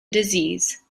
disease